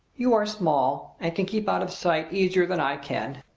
you are small and can keep out of sight easier than i can.